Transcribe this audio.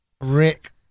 Rick